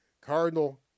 Cardinal